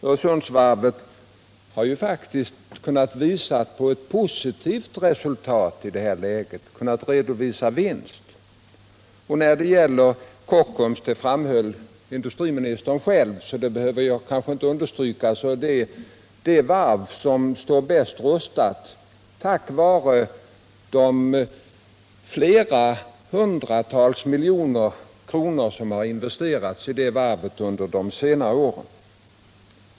Öresundsvarvet har ju faktiskt kunnat visa på ett positivt resultat i det rådande läget, kunnat redovisa vinst. Kockums är — det framhöll industriministern själv, så det behöver jag kanske inte understryka — det varv som står bäst rustat, tack vare de flera hundra miljoner kronor som har investerats i varvet under de senare åren.